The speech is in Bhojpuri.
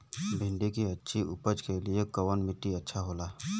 भिंडी की अच्छी उपज के लिए कवन मिट्टी अच्छा होला?